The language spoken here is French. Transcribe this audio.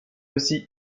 aussi